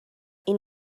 این